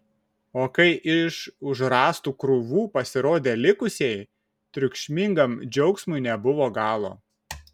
o kai iš už rąstų krūvų pasirodė likusieji triukšmingam džiaugsmui nebuvo galo